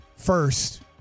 First